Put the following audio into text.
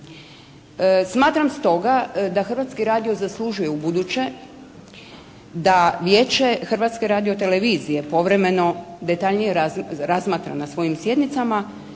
Smatram stoga da Hrvatski radio zaslužuje ubuduće da Vijeće Hrvatske radiotelevizije povremeno detaljnije razmatra na svojim sjednicama